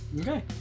Okay